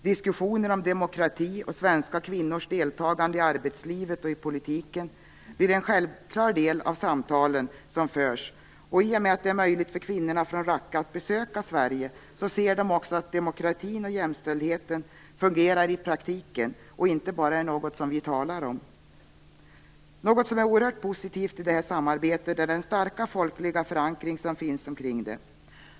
Diskussioner om demokrati och svenska kvinnors deltagande i arbetslivet och politiken blir en självklar del av samtalen som förs. I och med att det är möjligt för kvinnorna från Rakke att besöka Sverige ser de också att demokratin och jämställdheten fungerar i praktiken och inte bara är något som vi talar om. Något som är oerhört positivt i det här samarbetet är den starka folkliga förankring det har.